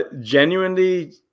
Genuinely